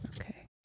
Okay